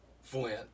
Flint